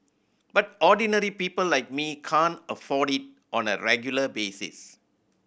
but ordinary people like me can't afford it on a regular basis